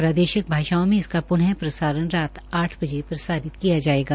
प्रादेशिक भाषाओं में इसका पुनः प्रसारण रात आठ बजे प्रसारित किया जायेगा